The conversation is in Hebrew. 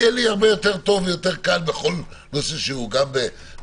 יהיה לי הרבה יותר טוב בכל נושא שהוא גם משטרתי,